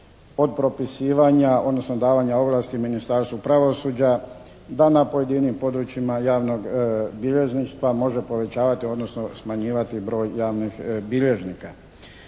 od propisivanja odnosno davanja ovlasti Ministarstvu pravosuđa da na pojedinim područjima javnog bilježništva može povećavati odnosno smanjivati broj javnih bilježnika.